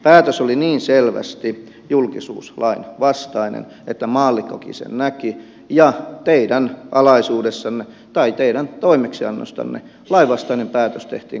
päätös oli niin selvästi julkisuuslain vastainen että maallikkokin sen näki ja teidän alaisuudessanne tai teidän toimeksiannostanne lainvastainen päätös tehtiin kahteen kertaan